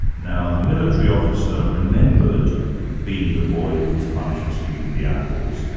now the military officer remembered being the boy who was punished for stealing the apples,